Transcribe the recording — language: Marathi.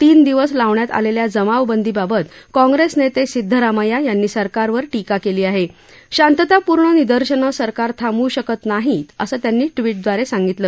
तीन दिवस लावण्यात आलश्व्या जमावबंदीबाबत काँग्रक्ष नव सिद्धरामय्या यांनी सरकारवर टिका काली आह शांततापूर्ण निर्दशनं सरकार थांबवू शकत नाही असं त्यांनी ट्विटद्वार सांगितलं